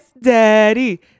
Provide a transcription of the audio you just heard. daddy